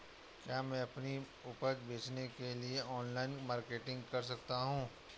क्या मैं अपनी उपज बेचने के लिए ऑनलाइन मार्केटिंग कर सकता हूँ?